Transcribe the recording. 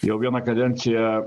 jau vieną kadenciją